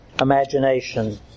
imagination